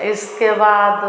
इसके बाद